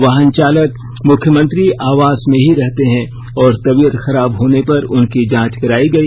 वाहन चालक मुख्यमंत्री आवास में ही रहते हैं और तबीयत खराब होने पर उनकी जांच कराई गई